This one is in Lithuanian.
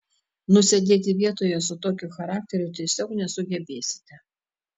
nusėdėti vietoje su tokiu charakteriu tiesiog nesugebėsite